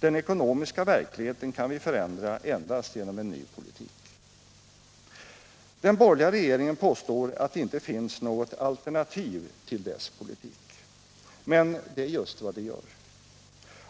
Den ekonomiska verkligheten kan vi förändra endast genom en ny politik. Den borgerliga regeringen påstår att det inte finns något alternativ till dess politik. Men det är just vad det gör.